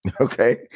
Okay